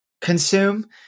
consume